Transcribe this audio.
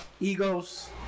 egos